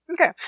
Okay